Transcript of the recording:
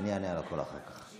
אני אענה על הכול אחר כך.